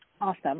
Awesome